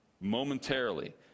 momentarily